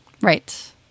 Right